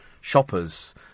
shoppers